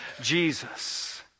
Jesus